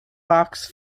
box